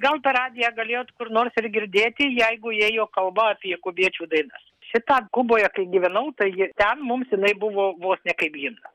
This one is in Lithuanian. gal per radiją galėjot kur nors ir girdėti jeigu ėjo kalba apie kubiečių dainas šitą kuboje kai gyvenau tai ji ten mums jinai buvo vos ne kaip himnas